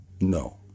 No